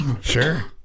Sure